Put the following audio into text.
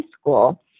school